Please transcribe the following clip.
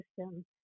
system